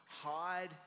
hide